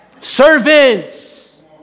Servants